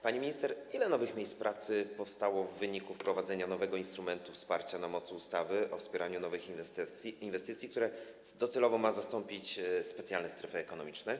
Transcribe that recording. Pani minister, ile nowych miejsc pracy powstało w wyniku wprowadzenia nowego instrumentu wsparcia na mocy ustawy o wspieraniu nowych inwestycji, który docelowo ma zastąpić specjalne strefy ekonomiczne?